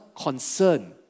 concern